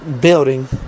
building